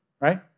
right